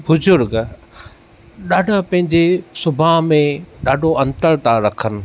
बुज़ुर्ग ॾाढा पंहिंजे सुभाउ में ॾाढो अंतर था रखनि